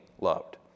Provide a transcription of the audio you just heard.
loved